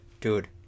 dude